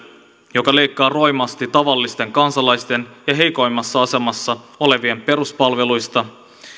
joka leikkaa roimasti tavallisten kansalaisten ja heikoimmassa asemassa olevien peruspalveluista